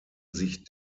sich